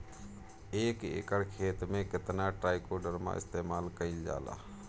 एक एकड़ खेत में कितना ट्राइकोडर्मा इस्तेमाल कईल जाला?